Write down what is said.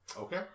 Okay